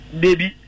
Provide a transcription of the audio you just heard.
baby